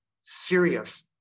serious